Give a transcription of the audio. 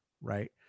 Right